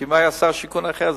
כי אם היה שר שיכון אחר,